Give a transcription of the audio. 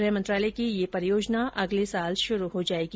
गृह मंत्रालय की यह परियोजना अगले साल शुरू हो जाएगी